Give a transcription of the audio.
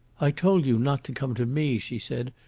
i told you not to come to me! she said,